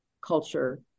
culture